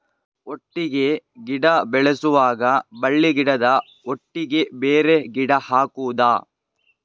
ಒಟ್ಟಿಗೆ ಗಿಡ ಬೆಳೆಸುವಾಗ ಬಳ್ಳಿ ಗಿಡದ ಒಟ್ಟಿಗೆ ಬೇರೆ ಗಿಡ ಹಾಕುದ?